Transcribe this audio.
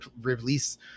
release